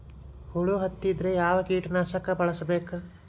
ಹುಳು ಹತ್ತಿದ್ರೆ ಯಾವ ಕೇಟನಾಶಕ ಬಳಸಬೇಕ?